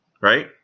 right